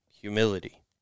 Humility